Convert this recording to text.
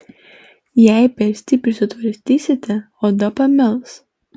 jei per stipriai sutvarstysite oda pamėls